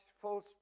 false